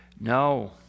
No